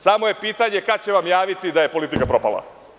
Samo je pitanje kada će vam javiti da je politika propala.